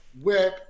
web